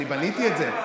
בניתי את זה.